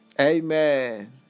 Amen